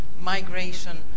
migration